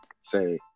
say